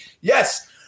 Yes